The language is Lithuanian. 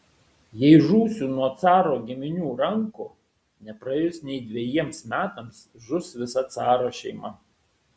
jei žūsiu nuo caro giminių rankų nepraėjus nei dvejiems metams žus visa caro šeima